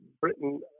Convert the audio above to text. Britain